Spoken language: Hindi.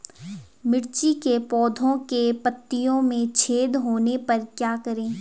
मिर्ची के पौधों के पत्तियों में छेद होने पर क्या करें?